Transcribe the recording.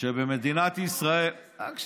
שבמדינת ישראל, רק שנייה.